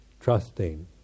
trusting